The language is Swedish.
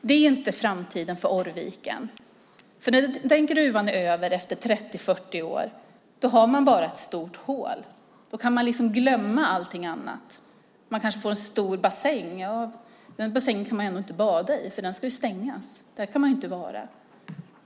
Det är inte framtiden för Oviken, för när gruvbrytningen där är över efter 30-40 år har man bara kvar ett stort hål. Då kan man glömma allt annat. Kanske får man en stor bassäng, men den får man ändå inte bada i.